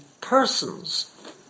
persons